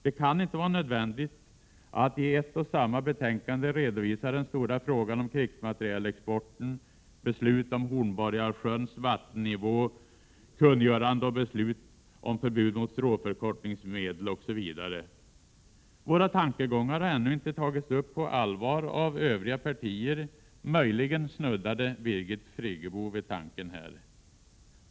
Det kan inte vara nödvändigt att i ett och samma betänkande redovisa utskottsgranskningen av den stora frågan om krigsmaterielexporten, beslut om Hornborgasjöns vattennivå, kungörandet av beslut om förbud mot stråförkortningsmedel osv. Våra tankegångar har ännu inte tagits upp på allvar av övriga partier; möjligen snuddade Birgit Friggebo vid tanken.